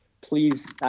Please